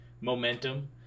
momentum